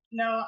no